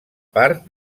part